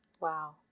Wow